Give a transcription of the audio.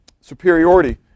superiority